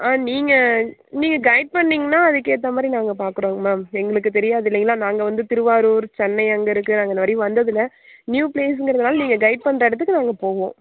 நீங்கள் நீங்கள் கைட் பண்ணிங்கன்னா அதுக்கு ஏற்ற மாதிரி நாங்கள் பார்க்குறோங்க மேம் எங்களுக்கு தெரியாது இல்லைங்களா நாங்கள் வந்து திருவாரூர் சென்னை அங்கே இருக்குது நாங்கள் இந்த மாதிரி வந்தது இல்லை நியூ பிளேஸுங்கிறதுனால நீங்கள் கைட் பண்ணுற இடத்துக்கு நாங்கள் போவோம்